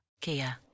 Kia